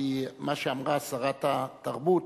כי מה שאמרה שרת התרבות